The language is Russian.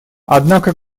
однако